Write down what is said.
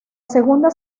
segunda